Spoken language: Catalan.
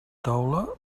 taula